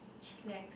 cheat legs